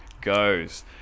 goes